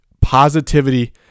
Positivity